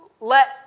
let